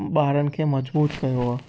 ॿारनि खे मज़बूत कयो आहे